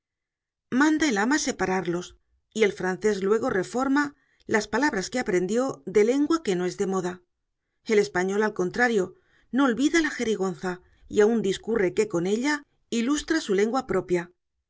manda el ama separarlos y el francés luego reforma las palabras que aprendió de lengua que no es de moda el español al contrario no olvida la jerigonza y aun discurre que con ella ilustra su lengua propia